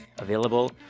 Available